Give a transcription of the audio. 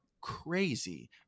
crazy